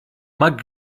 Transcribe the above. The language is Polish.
mag